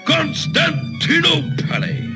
Constantinople